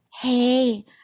hey